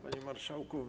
Panie Marszałku!